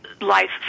life